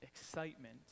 excitement